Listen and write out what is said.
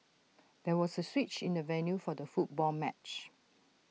there was A switch in the venue for the football match